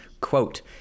quote